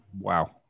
Wow